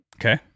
Okay